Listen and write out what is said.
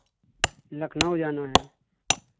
लखनऊ जाना है